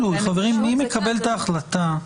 חברים, מי מקבל את ההחלטה.